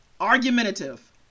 argumentative